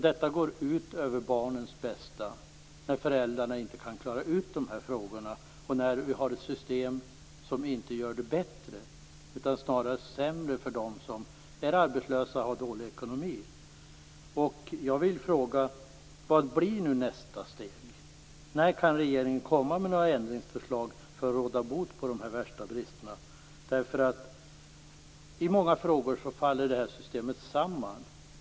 Det går ut över barnens bästa när föräldrarna inte kan klara ut de här frågorna och när vi har ett system som inte gör det bättre utan snarare sämre för dem som är arbetslösa och har dålig ekonomi. Jag vill fråga: Vad blir nästa steg? När kan regeringen komma med några ändringsförslag för att råda bot på de värsta bristerna? I många frågor faller systemet samman.